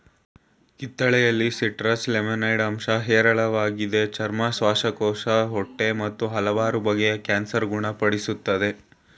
ಕಿತ್ತಳೆಯಲ್ಲಿ citrus limonoid ಅಂಶ ಹೇರಳವಾಗಿದೆ ಚರ್ಮ ಶ್ವಾಸಕೋಶ ಹೊಟ್ಟೆ ಮತ್ತು ಹಲವಾರು ಬಗೆಯ ಕ್ಯಾನ್ಸರ್ ಗುಣ ಪಡಿಸ್ತದೆ